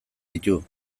ditu